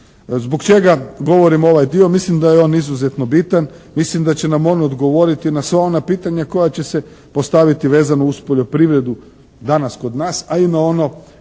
Zbog čega govorim ovaj dio. Mislim da je on izuzetno bitan. Mislim da će nam odgovoriti na sva ona pitanja koja će se postaviti vezano uz poljoprivredu danas kod nas a i na ono